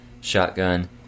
shotgun